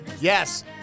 Yes